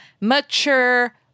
mature